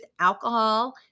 Alcohol